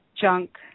junk